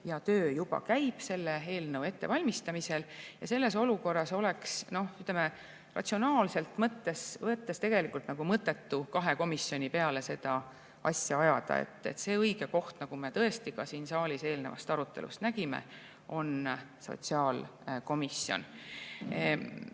ja töö juba käib selle eelnõu ettevalmistamiseks. Selles olukorras oleks, ütleme, ratsionaalselt võttes tegelikult mõttetu kahe komisjoniga seda asja ajada. Õige koht, nagu me tõesti ka siin saalis eelnevast arutelust nägime, on sotsiaalkomisjon.